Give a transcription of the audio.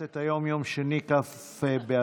דברי הכנסת כ"א / מושב שני / ישיבות קט"ו קי"ז / כ'